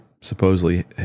supposedly